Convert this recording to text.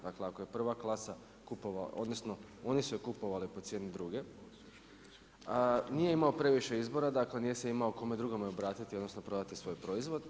Dakle, ako je prva klasa, odnosno, oni su je kupovali po cijeni druge, nije imao previše izbora, dakle, nije se imao kome drugome obratiti, odnosno, prodati svoj proizvod.